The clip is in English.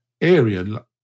area